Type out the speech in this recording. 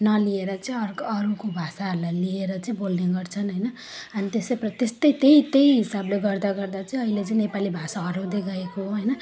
नलिएर चाहिँ अर्को अरूको भाषाहरूलाई लिएर चाहिँ बोल्ने गर्छन् होइन अनि त्यसै प्र त्यस्तै त्यही त्यही हिसाबले गर्दा गर्दा चाहिँ अहिले चाहिँ नेपाली भाषा हराउँदै गएको हो होइन